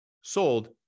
sold